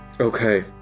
Okay